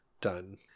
done